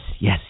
yes